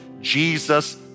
Jesus